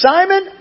Simon